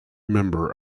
member